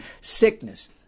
sickness